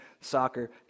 soccer